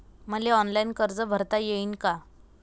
मले ऑनलाईन कर्ज भरता येईन का?